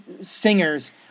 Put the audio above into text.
singers